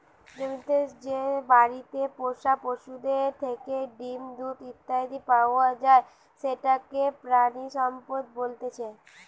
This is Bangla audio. জমিতে যে বাড়িতে পোষা পশুদের থেকে ডিম, দুধ ইত্যাদি পাওয়া যায় সেটাকে প্রাণিসম্পদ বলতেছে